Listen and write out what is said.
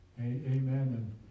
Amen